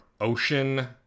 ocean